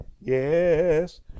Yes